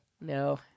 No